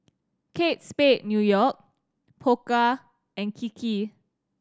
Kate Spade New York Pokka and Kiki